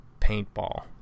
paintball